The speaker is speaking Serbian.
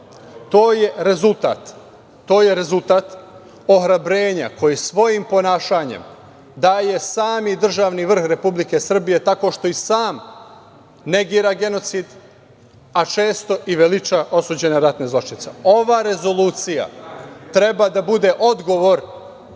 To je rezultat ohrabrenja koji svojim ponašanjem daje sam državni vrh Republike Srbije, tako što i sam negira genocid, a često i veliča osuđene ratne zločince. Ova rezolucija treba da bude odgovor